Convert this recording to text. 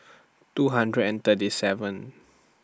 two hundred and thirty seventh